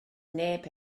neb